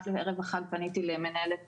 רק ערב החג פניתי למנהלת